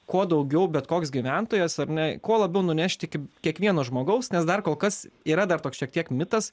kuo daugiau bet koks gyventojas ar ne kuo labiau nunešti iki kiekvieno žmogaus nes dar kol kas yra dar toks šiek tiek mitas